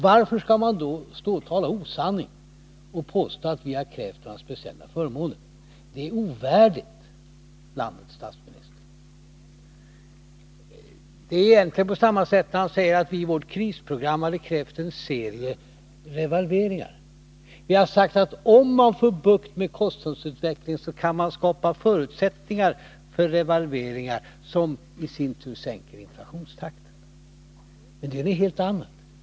Varför står Thorbjörn Fälldin då och talar osanning och påstår att vi har krävt några speciella förmåner? Det är ovärdigt landets statsminister. Det är egentligen på samma sätt när han säger att vi i vårt krisprogram har krävt en serie revalveringar. Vi har sagt att om man får bukt med kostnadsutvecklingen kan man skapa förutsättningar för revalveringar, som i sin tur sänker inflationstakten. Men det är något helt annat.